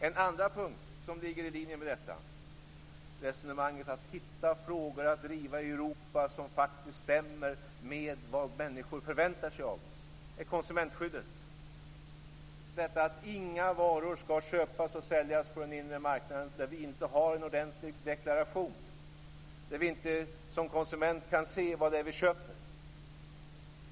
En andra punkt som ligger i linje med resonemanget om att hitta frågor att driva i Europa som faktiskt stämmer med vad människor förväntar sig av oss är konsumentskyddet. Inga varor skall köpas och säljas inom den inre marknaden utan en ordentlig deklaration, så att vi som konsumenter kan se vad vi köper.